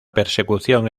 persecución